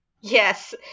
Yes